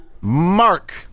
Mark